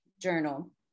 journal